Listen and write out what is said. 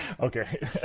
okay